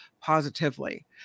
positively